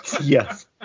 Yes